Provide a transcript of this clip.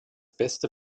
beste